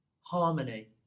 harmony